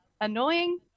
annoying